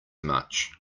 much